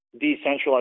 decentralized